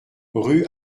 rue